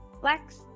Flex